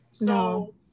No